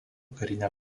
karinė